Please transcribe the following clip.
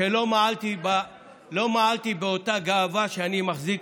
שלא מעלתי באותה גאווה שאני מחזיק,